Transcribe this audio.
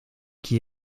qui